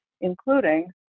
including